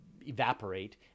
evaporate